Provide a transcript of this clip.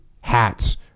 hats